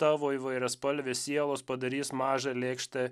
tavo įvairiaspalvės sielos padarys mažą lėkštą